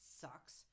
sucks